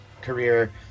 career